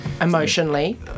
Emotionally